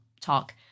talk